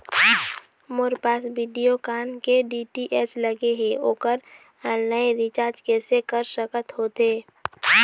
मोर पास वीडियोकॉन के डी.टी.एच लगे हे, ओकर ऑनलाइन रिचार्ज कैसे कर सकत होथे?